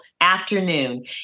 afternoon